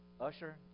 Usher